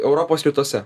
europos rytuose